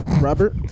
Robert